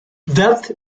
death